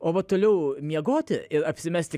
o va toliau miegoti ir apsimesti